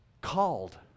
called